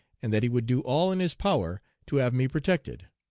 and that he would do all in his power to have me protected.